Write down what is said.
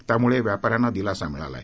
त्यामुळे व्यापाऱ्यांना दिलासा मिळाला आहे